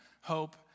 hope